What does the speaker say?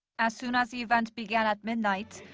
as soon as the event began at midnight,